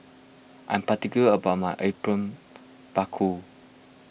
I'm particular about my Apom Berkuah